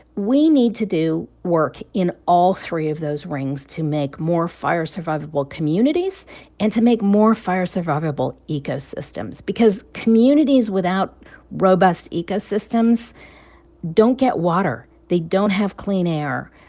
we need to do work in all three of those rings to make more fire-survivable communities and to make more fire-survivable ecosystems because communities without robust ecosystems don't get water. they don't have clean air.